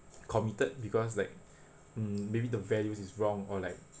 committed because like mm maybe the values is wrong or like